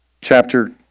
chapter